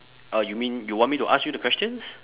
uh you mean you want me to ask you the questions